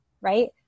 right